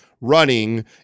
running